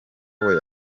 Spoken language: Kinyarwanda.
wowe